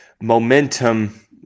momentum –